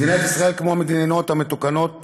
מדינת ישראל, כמו המדינות המתוקנות בעולם,